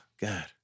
god